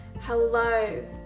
Hello